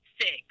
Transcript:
six